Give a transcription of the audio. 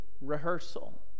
rehearsal